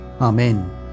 Amen